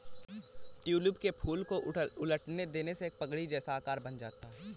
tulip के फूल को उलट देने से एक पगड़ी जैसा आकार बन जाता है